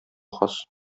хас